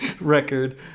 record